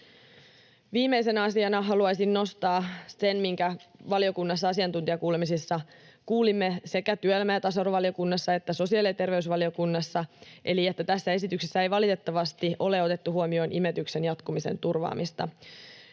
Viimeisenä asiana haluaisin nostaa sen, minkä valiokunnassa asiantuntijakuulemisissa kuulimme, sekä työelämä- ja tasa-arvovaliokunnassa että sosiaali- ja terveysvaliokunnassa, eli sen, että tässä esityksessä ei valitettavasti ole otettu huomioon imetyksen jatkumisen turvaamista.